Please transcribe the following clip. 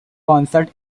concert